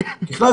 ככלל,